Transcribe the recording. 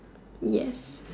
yes